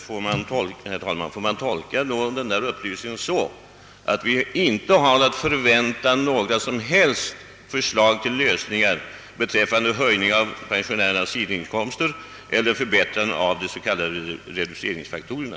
Herr talman! Får man tolka den upplysningen så, att vi inte har att vänta några som helst förslag till lösningar beträffande höjning av pensionärernas sidoinkomster eller förbättring av de s.k. reduceringsfaktorerna?